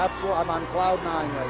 i'm on cloud nine